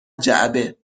جعبه